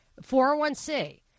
401c